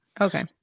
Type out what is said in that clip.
Okay